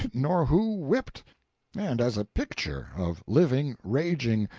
nor who whipped and as a picture, of living, raging,